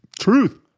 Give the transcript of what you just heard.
Truth